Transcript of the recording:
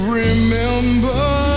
remember